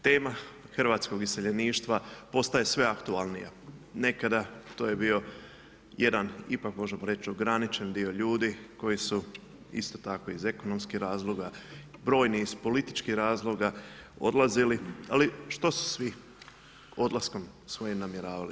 Tema hrvatskog iseljeništva postaje sve aktualnija, nekada to je bio jedan, ipak možemo reć, ograničen dio ljudi koji su isto tako iz ekonomskih razloga, brojni iz političkih razloga odlazili, ali što su svi odlaskom svojim namjeravali?